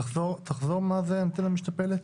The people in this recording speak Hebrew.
תחזור מה זה אנטנה משתפלת.